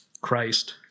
Christ